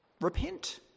repent